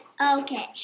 Okay